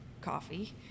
coffee